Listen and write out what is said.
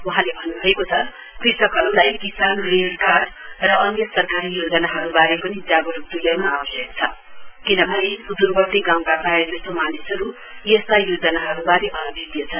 वहाँले भन्नुभएको छ कृषकहरूलाई किसान ऋण कार्ड र अन्य सरकारी योजनाहरूबारे पनि जागरूक तुल्याउन आवश्यक छ किनभने सुदूरवर्ती गाँउका प्रायः जसो मानिसहरू यस्ता योजनाहरूबारे अनभिज्ञ छन्